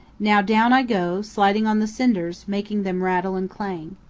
now down i go, sliding on the cinders, making them rattle and clang.